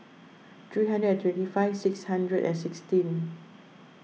three hundred and twenty five six hundred and sixteen